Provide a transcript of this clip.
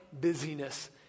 busyness